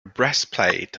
breastplate